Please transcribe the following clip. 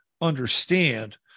understand